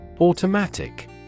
Automatic